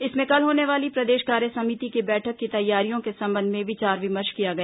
इसमें कल होने वाली प्रदेश कार्यसमिति की बैठक की तैयारियों के संबंध में विचार विमर्श किया गया